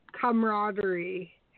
camaraderie